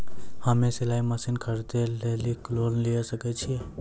हम्मे सिलाई मसीन खरीदे लेली लोन लिये सकय छियै?